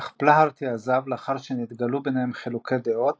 אך פלהארטי עזב לאחר שנתגלעו ביניהם חילוקי דעות